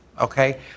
okay